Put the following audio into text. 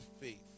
faith